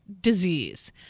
disease